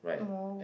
more